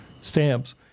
stamps